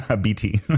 BT